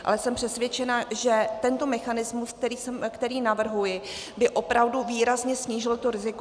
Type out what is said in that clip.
Ale jsem přesvědčená, že tento mechanismus, který navrhuji, by opravdu výrazně snížil to riziko.